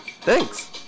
Thanks